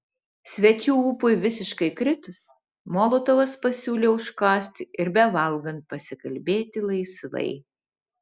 svečių ūpui visiškai kritus molotovas pasiūlė užkąsti ir bevalgant pasikalbėti laisvai